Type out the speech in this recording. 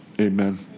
Amen